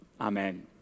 Amen